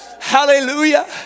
hallelujah